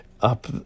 up